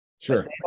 Sure